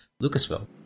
Lucasville